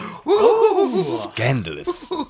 Scandalous